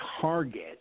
target